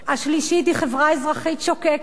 השלישית היא חברה אזרחית שוקקת,